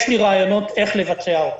יש לי רעיונות איך לבצע אותם.